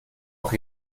auch